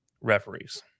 referees